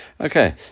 Okay